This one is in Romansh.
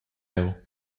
cheu